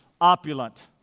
opulent